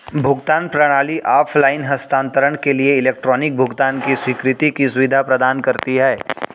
भुगतान प्रणाली ऑफ़लाइन हस्तांतरण के लिए इलेक्ट्रॉनिक भुगतान की स्वीकृति की सुविधा प्रदान करती है